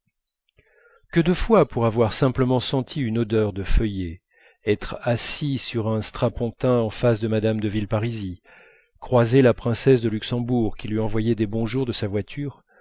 que de fois pour avoir simplement senti une odeur de feuillée être assis sur un strapontin en face de mme de villeparisis croiser la princesse de luxembourg qui lui envoyait des bonjours de sa voiture